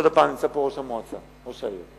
עוד הפעם, נמצא פה ראש המועצה, ראש העיר.